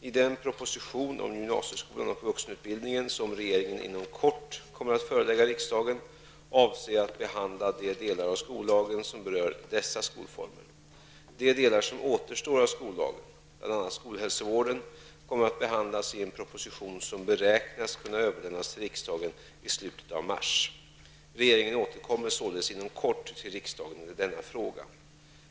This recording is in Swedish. I den proposition om gymnasieskolan och vuxenutbildningen som regeringen inom kort kommer att förelägga riksdagen avser jag att behandla de delar av skollagen som berör dessa skolformer. De delar som återstår av skollagen, bl.a. skolhälsovården, kommer att behandlas i en proposition som beräknas kunna överlämnas till riksdagen i slutet av mars. Regeringen återkommer således inom kort till riksdagen i denna fråga.